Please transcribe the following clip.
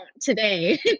today